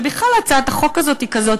ובכלל, הצעת החוק הזאת היא כזאת